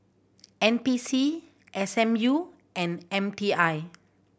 N P C S M U and M T I